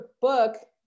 book